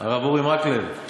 אורי מקלב,